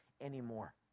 anymore